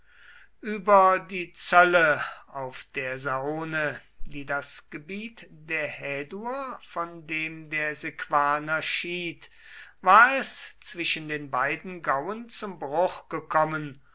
über die zölle auf der sane die das gebiet der häduer von dem der sequaner schied war es zwischen den beiden gauen zum bruch gekommen